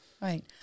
right